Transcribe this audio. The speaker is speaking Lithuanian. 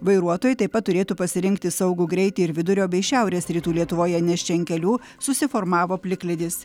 vairuotojai taip pat turėtų pasirinkti saugų greitį ir vidurio bei šiaurės rytų lietuvoje nes čia an kelių susiformavo plikledis